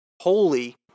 holy